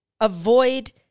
avoid